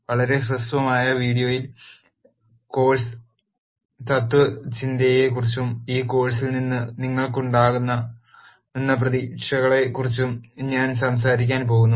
വളരെ ഹ്രസ്വമായ ഈ വീഡിയോയിൽ കോഴ് സ് തത്ത്വചിന്തയെക്കുറിച്ചും ഈ കോഴ് സിൽ നിന്ന് നിങ്ങൾക്ക് ഉണ്ടാകാമെന്ന പ്രതീക്ഷകളെക്കുറിച്ചും ഞാൻ സംസാരിക്കാൻ പോകുന്നു